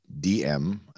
DM